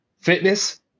fitness